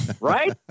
Right